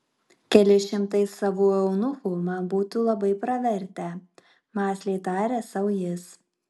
keli šimtai savų eunuchų man būtų labai pravertę mąsliai tarė sau jis